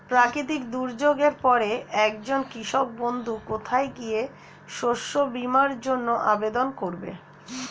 প্রাকৃতিক দুর্যোগের পরে একজন কৃষক বন্ধু কোথায় গিয়ে শস্য বীমার জন্য আবেদন করবে?